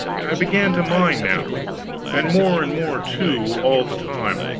i began to mind now and more and more, too, all the time.